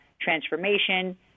transformation